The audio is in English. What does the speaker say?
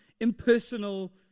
impersonal